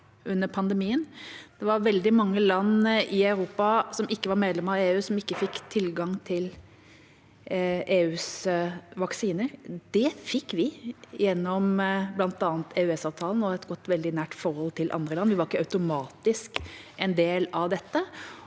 Det var veldig mange land i Europa som ikke er medlem av EU, som ikke fikk tilgang til EUs vaksiner. Det fikk vi, gjennom bl.a. EØS-avtalen og et godt og veldig nært forhold til andre land – vi var ikke automatisk en del av dette